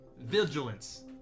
vigilance